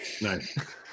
nice